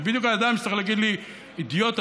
זה בדיוק האדם שצריך להגיד לי: אידיוט,